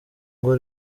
ngo